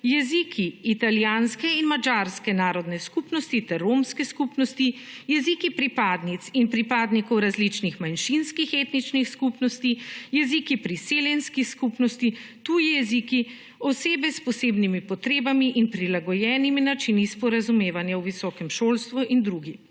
jeziki italijanske in madžarske narodne skupnosti ter romske skupnosti, jeziki pripadnik in pripadnikov različnih manjšinskih etičnih skupnosti, jeziki priseljenskih skupnosti, tuji jeziki, osebe s posebnimi potrebami in prilagojenimi načini sporazumevanja v visokem šolstvu in drugi.